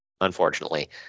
unfortunately